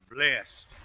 blessed